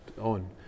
on